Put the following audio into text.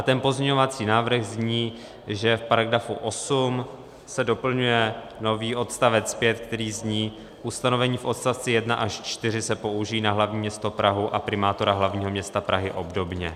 Můj pozměňovací návrh zní, že v § 8 se doplňuje nový odstavec 5, který zní: Ustanovení v odstavci 1 až 4 se použijí na hlavní město Prahu a primátora hlavního města Prahy obdobně.